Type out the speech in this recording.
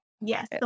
yes